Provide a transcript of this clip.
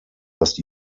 das